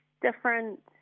different